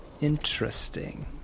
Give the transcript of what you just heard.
Interesting